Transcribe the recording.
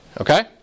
Okay